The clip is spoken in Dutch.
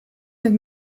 met